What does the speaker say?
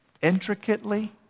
intricately